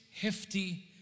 hefty